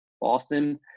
Boston